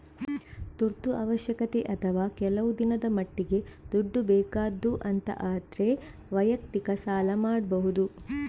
ತುರ್ತು ಅವಶ್ಯಕತೆ ಅಥವಾ ಕೆಲವು ದಿನದ ಮಟ್ಟಿಗೆ ದುಡ್ಡು ಬೇಕಾದ್ದು ಅಂತ ಆದ್ರೆ ವೈಯಕ್ತಿಕ ಸಾಲ ಮಾಡ್ಬಹುದು